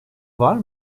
var